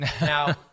Now